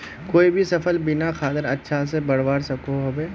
कोई भी सफल बिना खादेर अच्छा से बढ़वार सकोहो होबे?